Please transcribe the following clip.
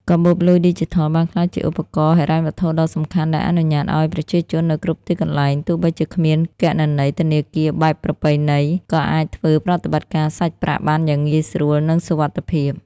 កាបូបលុយឌីជីថលបានក្លាយជាឧបករណ៍ហិរញ្ញវត្ថុដ៏សំខាន់ដែលអនុញ្ញាតឱ្យប្រជាជននៅគ្រប់ទីកន្លែង ទោះបីជាគ្មានគណនីធនាគារបែបប្រពៃណី ក៏អាចធ្វើប្រតិបត្តិការសាច់ប្រាក់បានយ៉ាងងាយស្រួល និងសុវត្ថិភាព។